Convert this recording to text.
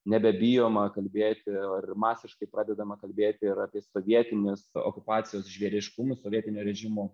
nebebijoma kalbėti ar masiškai pradedama kalbėti ir apie sovietinės okupacijos žvėriškumus sovietinio režimo